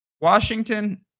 Washington